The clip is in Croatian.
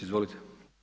Izvolite.